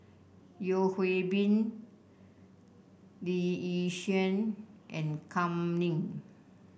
Yeo Hwee Bin Lee Yi Shyan and Kam Ning